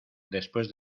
después